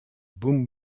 boom